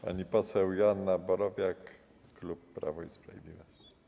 Pani poseł Joanna Borowiak, klub Prawo i Sprawiedliwość.